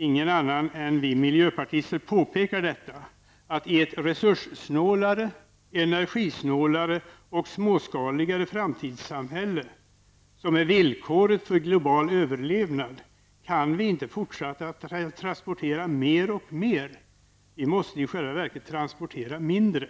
Ingen annan än vi miljöpartister påpekar detta, att i det resurssnålare, energisnålare och småskaligare framtidssamhälle som är villkoret för global överlevnad kan vi inte fortsätta att transportera mer och mer. Vi måste i själva verket transportera mindre.